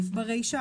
ברישה,